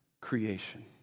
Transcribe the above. creation